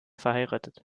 verheiratet